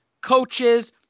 coaches